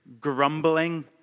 grumbling